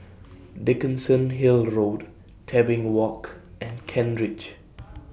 Dickenson Hill Road Tebing Walk and Kent Ridge